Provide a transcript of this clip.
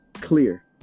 clear